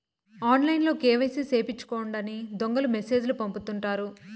ఆన్లైన్లో కేవైసీ సేపిచ్చుకోండని దొంగలు మెసేజ్ లు పంపుతుంటారు